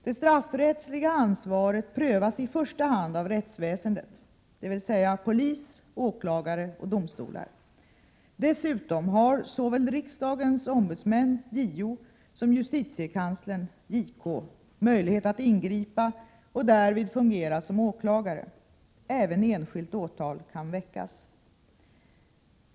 Det straffrättsliga ansvaret prövas i första hand av rättsväsendet, dvs. polis, åklagare och domstolar. Dessutom har såväl riksdagens ombudsmän, JO, som justitiekanslern, JK, möjlighet att ingripa och därvid fungera som åklagare. Även enskilt åtal kan väckas.